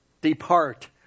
depart